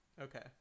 Okay